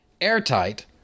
Airtight